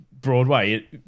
Broadway